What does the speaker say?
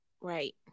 Right